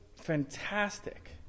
fantastic